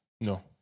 No